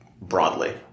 broadly